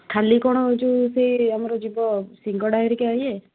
ଖାଲି କ'ଣ ଏ ଯେଉଁ ସେ ଆମର ଯିବ ସିଙ୍ଗଡ଼ା ହେରିକା ଇଏ